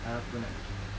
apa nak bikin